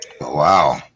wow